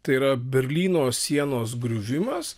tai yra berlyno sienos griuvimas